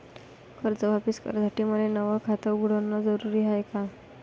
कर्ज वापिस करासाठी मले नव खात उघडन जरुरी हाय का?